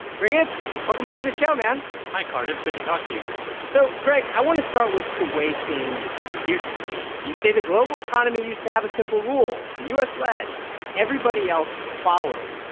greg, welcome back to the show, man hi, cardiff. good to talk to you so greg, i want to start with the way things used to be. you say the global economy used to have a simple rule. the us led everybody else followed.